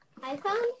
iPhone